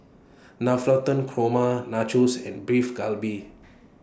Navratan Korma Nachos and Beef Galbi